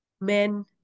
men